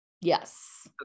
Yes